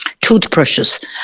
toothbrushes